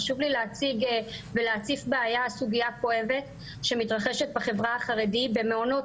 חשוב לי להציג ולהציף סוגיה כואבת שמתרחשת בחברה החרדית במעונות